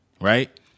right